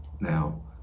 now